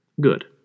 Good